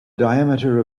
diameter